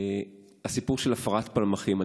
הסיפור של הפרעת פלמחים.